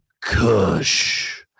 Kush